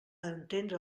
entendre